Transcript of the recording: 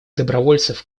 добровольцев